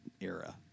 era